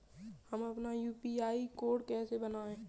हम अपना UPI code कैसे बनाएँ?